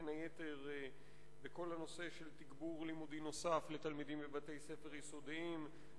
בין היתר בכל הנושא של תגבור לימודי נוסף לתלמידים מבתי-ספר יסודיים,